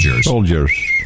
Soldiers